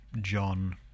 John